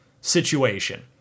situation